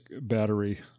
battery